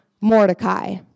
Mordecai